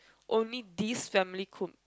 only this family could